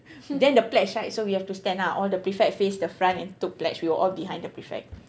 then the pledge right so we have to stand up all the prefect face the front and took pledge we will all behind the prefect